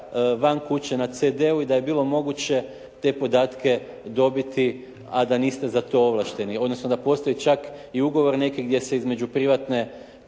van kuće na CD-u i da je bilo moguće te podatke dobiti a da niste za to ovlašteni. Odnosno da postoji čak i ugovor neki gdje se između privatne